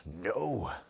no